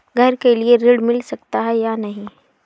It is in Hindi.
घर के लिए ऋण मिल सकता है या नहीं?